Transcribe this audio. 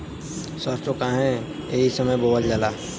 सरसो काहे एही समय बोवल जाला?